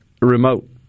remote